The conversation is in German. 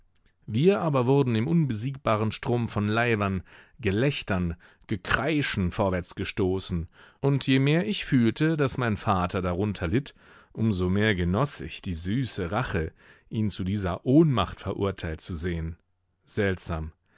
wir aber wurden im unbesiegbaren strom von leibern gelächtern gekreischen vorwärts gestoßen und je mehr ich fühlte daß mein vater darunter litt um so mehr genoß ich die süße rache ihn zu dieser ohnmacht verurteilt zu sehen seltsam